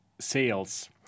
sales